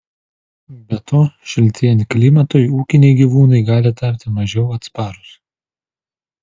be to šiltėjant klimatui ūkiniai gyvūnai gali tapti mažiau atsparūs